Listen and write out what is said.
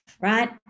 right